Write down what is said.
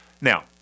Now